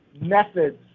methods